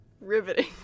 Riveting